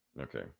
Okay